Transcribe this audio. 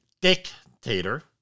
dictator